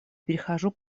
перехожу